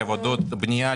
לעבודות בנייה,